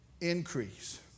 increase